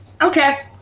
Okay